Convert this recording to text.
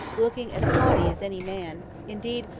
looking as haughty as any man indeed,